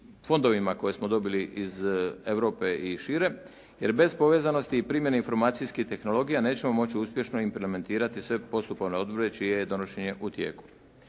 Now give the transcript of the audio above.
fondovima koje smo dobili iz Europe i šire jer bez povezanosti i primjene informacijskih tehnologija nećemo moći uspješno implementirati sve postupovne odredbe čije je donošenje u tijeku.